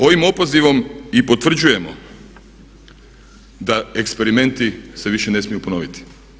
Ovim opozivom i potvrđujemo da eksperimenti se više ne smiju ponoviti.